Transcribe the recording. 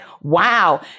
wow